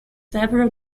several